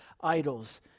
idols